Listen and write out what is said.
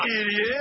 Idiot